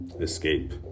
escape